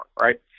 right